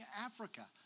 Africa